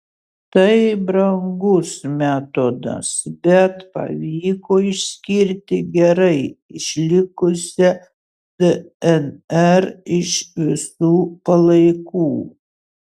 tai brangus metodas bet pavyko išskirti gerai išlikusią dnr iš visų palaikų